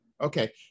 Okay